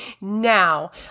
Now